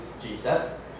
jesus